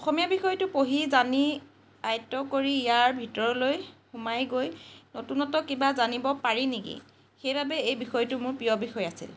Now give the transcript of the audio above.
অসমীয়া বিষয়টো পঢ়ি জানি আয়ত্ব কৰি ইয়াৰ ভিতৰলৈ সোমাই গৈ নতুনত্ব কিবা জানি পাৰি নেকি সেইবাবে এই বিষয়টো মোৰ প্ৰিয় বিষয় আছিল